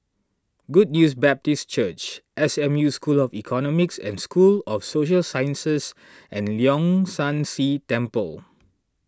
Good News Baptist Church S M U School of Economics and School of Social Sciences and Leong San See Temple